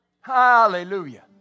Hallelujah